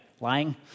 lying